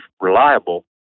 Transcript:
reliable